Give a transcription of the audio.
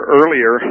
earlier